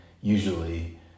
usually